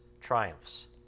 triumphs